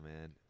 man